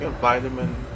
Vitamin